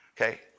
okay